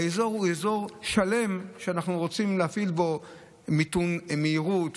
האזור הוא אזור שלם שאנחנו רוצים להפעיל בו מיתון מהירות,